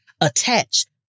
attached